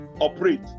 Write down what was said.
Operate